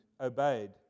obeyed